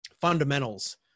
fundamentals